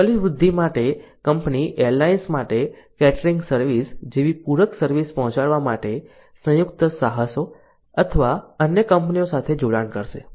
સંકલિત વૃદ્ધિ માટે કંપની એરલાઇન્સ માટે કેટરિંગ સર્વિસ જેવી પૂરક સર્વિસ પહોંચાડવા માટે સંયુક્ત સાહસો અથવા અન્ય કંપનીઓ સાથે જોડાણ કરશે